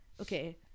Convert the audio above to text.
okay